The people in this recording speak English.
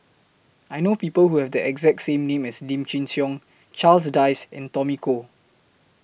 I know People Who Have The exact same name as Lim Chin Siong Charles Dyce and Tommy Koh